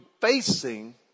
facing